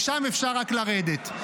משם אפשר רק לרדת.